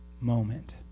moment